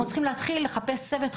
אנחנו צריכים להתחיל בחיפושים ובהכשרות